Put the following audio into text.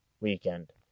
weekend